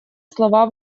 слова